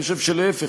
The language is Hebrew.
אני חושב שלהפך,